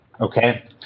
Okay